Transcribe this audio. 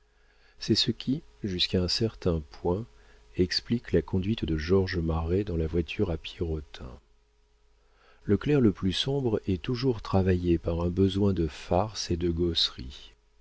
c'est ce qui jusqu'à un certain point explique la conduite de georges marest dans la voiture à pierrotin le clerc le plus sombre est toujours travaillé par un besoin de farce et de gausserie